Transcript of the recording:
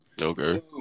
Okay